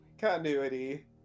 continuity